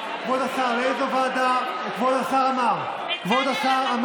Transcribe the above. צריך לעשות לו "מי שבירך" בשבת בבית